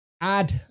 add